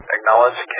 Acknowledge